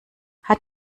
hat